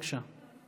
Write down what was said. בבקשה.